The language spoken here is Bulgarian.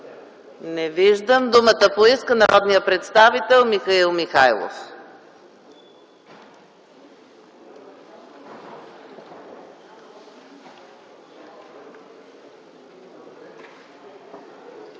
Не виждам. Думата поиска народният представител Михаил Михайлов.